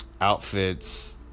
outfits